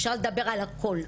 אפשר לדבר על הכול.